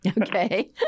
Okay